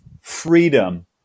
freedom